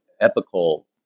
epical